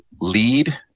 lead